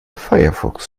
firefox